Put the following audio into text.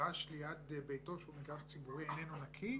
שהמגרש ליד ביתו, שהוא מגרש ציבורי, איננו נקי.